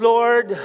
Lord